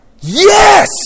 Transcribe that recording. Yes